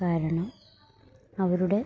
കാരണം അവരുടെ